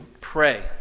pray